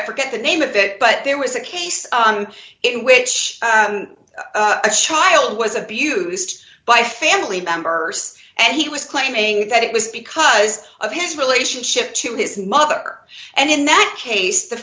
i forget the name of it but there was a case on it in which a child was abused by family members and he was claiming that it was because of his relationship to his mother and in that case the